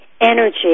energy